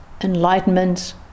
enlightenment